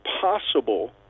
possible